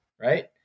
right